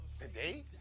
Today